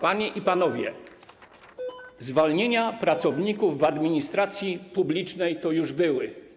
Panie i panowie, zwolnienia pracowników w administracji publicznej to już były.